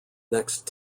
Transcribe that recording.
next